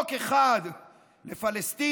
חוק אחד לפלסטינים